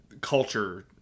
culture